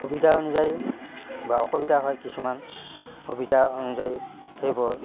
সুবিধা অনুযায়ী বা অসুবিধা হয় কিছুমান সুবিধা অনুযায়ী সেইবোৰ